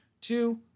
Two